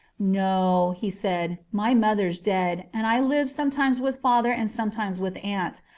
no, he said my mother's dead, and i live sometimes with father and sometimes with aunt.